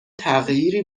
تغییری